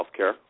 healthcare